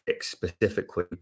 specifically